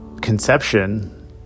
conception